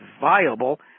viable